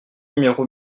numéro